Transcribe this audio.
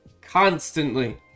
constantly